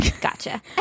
gotcha